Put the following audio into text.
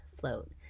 float